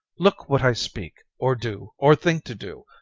look what i speak, or do, or think to do,